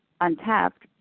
untapped